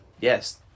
yes